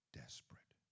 desperate